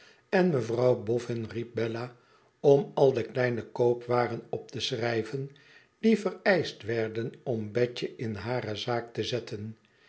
en mevrouw boflin riep bella om al de kleine koopwaren op te schrijven die vereischt werden om betje in hare zaak te zetten